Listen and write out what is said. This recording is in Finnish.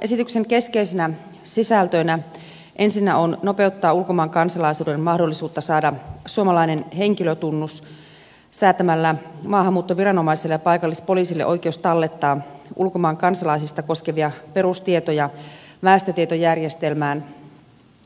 esityksen keskeisenä sisältönä on ensinnäkin nopeuttaa ulkomaan kansalaisen mahdollisuutta saada suomalainen henkilötunnus säätämällä maahanmuuttoviranomaiselle ja paikallispoliisille oikeus tallettaa ulkomaan kansalaista koskevia perustietoja väestötietojärjestelmään